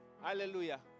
Hallelujah